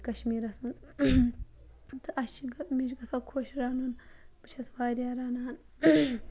کَشمیٖرَس مَنٛز تہٕ اَسہِ چھِ مےٚ چھُ خۄش گَژھان نیرُن بہٕ چھَس واریاہ رَنان